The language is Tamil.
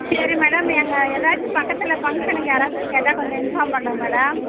சரி மேடம் எங்கே எதாச்சிம் பக்கத்தில் ஃபங்க்ஷனுக்கு யாராச்சிம் கேட்டால் கொஞ்சம் இன்ஃபார்ம் பண்ணுங்கள் மேடம்